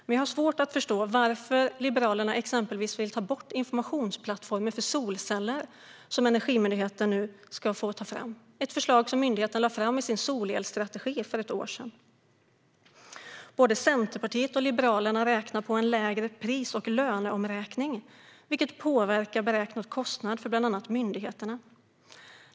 Men jag har svårt att förstå varför Liberalerna exempelvis vill ta bort informationsplattformen för solceller, som Energimyndigheten nu ska ta fram. Det är ett förslag som myndigheten lade fram i sin solelsstrategi för ett år sedan. Både Centerpartiet och Liberalerna räknar på en lägre pris och löneomräkning, vilket påverkar beräknad kostnad för bland annat myndigheterna.